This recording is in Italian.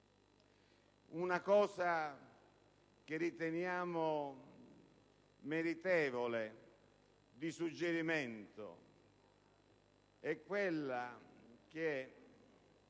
Una cosa che riteniamo meritevole di suggerimento attiene